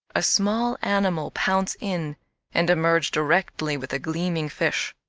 a small animal pounce in and emerge directly with a gleaming fish.